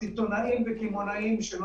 זאת